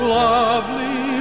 lovely